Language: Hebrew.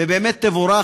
ובאמת תבורך.